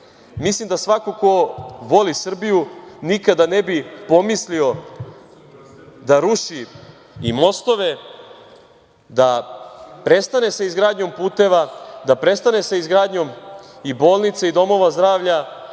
zemlji. Mislim da svako ko voli Srbiju nikada ne bi pomislio da ruši i mostove, da prestane sa izgradnjom puteva, da prestane sa izgradnjom i bolnica i domova zdravlja,